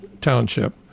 township